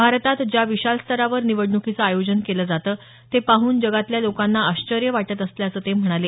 भारतात ज्या विशाल स्तरावर निवडण्कीचं आयोजन केलं जातं ते पाहून जगातल्या लोकांना आश्वर्य वाटत असल्याचं ते म्हणाले